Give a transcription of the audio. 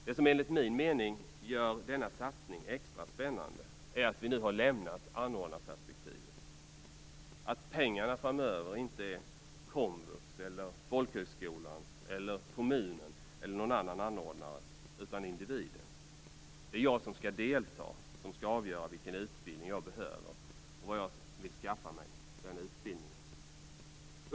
Det som enligt min mening gör denna satsning extra spännande är att vi nu har lämnat anordnarperspektivet. Pengarna är framöver inte komvux, folkhögskolans, kommunens eller någon annan anordnares utan individens. Det är den som skall delta som skall avgöra vilken utbildning vederbörande behöver och var han eller hon vill skaffa sig den utbildningen.